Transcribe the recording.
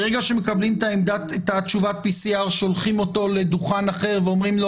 ברגע שמקבלים את תשובת ה-PCR שולחים אותו לדוכן אחר ואומרים לו: